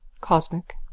Cosmic